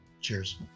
cheers